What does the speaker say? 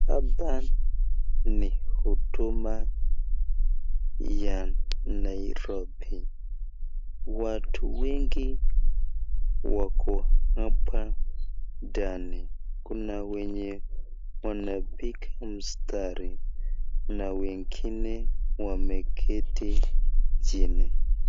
Hapa ni Huduma ya Nairobi. Watu wengi wako hapa ndani, kuna wenye wanapiga mstari na wengine wameketi chini.